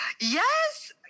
Yes